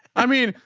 i mean,